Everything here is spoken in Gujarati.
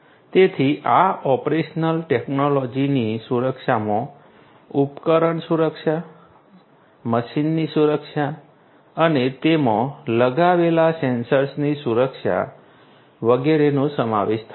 તેથી આ ઓપરેશનલ ટેક્નોલોજીની સુરક્ષામાં ઉપકરણ સુરક્ષા મશીનની સુરક્ષા અને તેમાં લગાવેલા સેન્સર્સની સુરક્ષા વગેરેનો સમાવેશ થાય છે